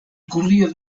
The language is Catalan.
corria